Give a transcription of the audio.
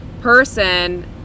person